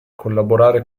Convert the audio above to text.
collaborare